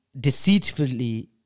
deceitfully